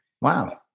Wow